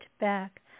back